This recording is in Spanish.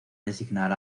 designar